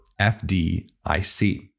FDIC